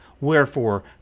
wherefore